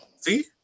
See